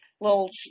Little